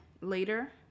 later